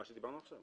מה שדיברנו עכשיו.